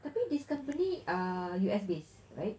I think this company uh U_S based right